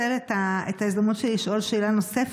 ואני רוצה לנצל את ההזדמנות שלי לשאול שאלה נוספת,